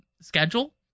schedule